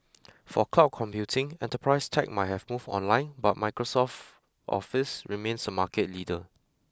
for cloud computing enterprise tech might have moved online but Microsoft Office remains a market leader